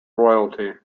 royalty